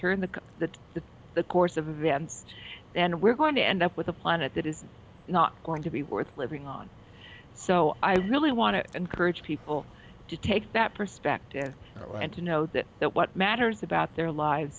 turn the the the the course of events then we're going to end up with a planet that is not going to be worth living on so i really want to encourage people to take that perspective and to know that that what matters about their lives